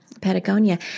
Patagonia